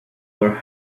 were